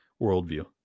worldview